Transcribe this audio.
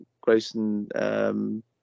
Grayson